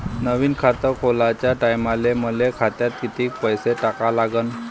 नवीन खात खोलाच्या टायमाले मले खात्यात कितीक पैसे टाका लागन?